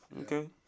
Okay